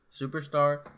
superstar